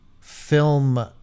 film